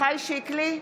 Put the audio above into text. עמיחי שיקלי,